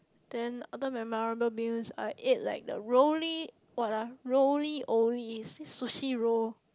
then other memorable meals I ate like the rolly what ah Roly-Ollie Sushi roll